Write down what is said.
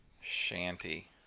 Shanty